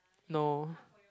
no